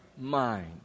mind